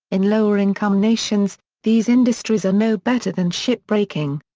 in lower income nations, these industries are no better than ship breaking.